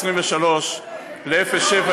23:00,